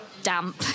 damp